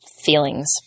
feelings